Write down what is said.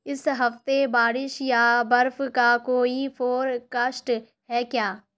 اس ہفتے بارش یا برف کا کوئی فورکشٹ ہے کیا